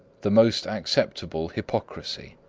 the most acceptable hypocrisy.